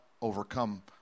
overcome